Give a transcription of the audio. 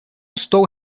estou